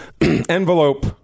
Envelope